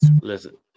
listen